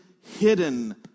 hidden